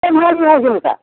यह में है झुमका